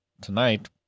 tonight